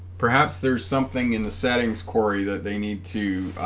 perhaps there's something in the settings cory that they need to